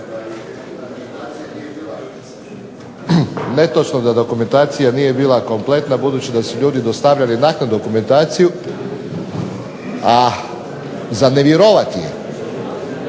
Netočno da dokumentacija nije bila kompletna budući da su ljudi dostavljali naknadno dokumentaciju, a za ne vjerovati je